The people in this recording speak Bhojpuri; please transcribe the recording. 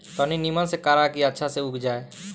तनी निमन से करा की अच्छा से उग जाए